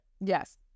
Yes